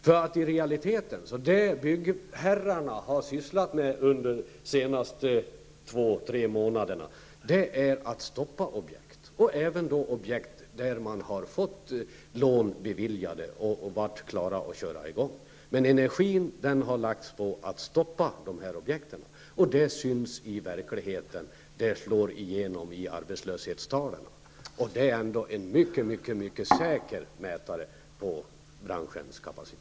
Det byggherrarna i realiteten har sysslat med under de senaste två tre månaderna är att stoppa objekt, och det gäller även objekt där man har fått lån beviljade och varit klara att köra i gång. Man har lagt ner energi på att stoppa dessa objekt, och det slår igenom i verkligheten i arbetslöshetstalen. Det är en mycket säker mätare på branschens kapacitet.